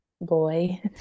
Boy